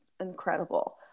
incredible